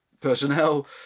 personnel